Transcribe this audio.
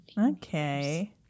Okay